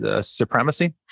supremacy